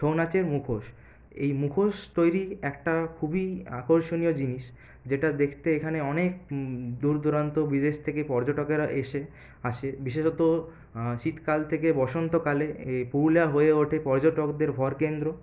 ছৌ নাচের মুখোশ এই মুখোশ তৈরি একটা খুবই আকর্ষণীয় জিনিস যেটা দেখতে এখানে অনেক দূর দূরান্ত বিদেশ থেকে পর্যটকেরা এসে আসে বিশেষত শীতকাল থেকে বসন্তকালে এই পুরুলিয়া হয়ে ওঠে পর্যটকদের ভরকেন্দ্র